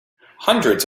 hundreds